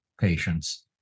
patients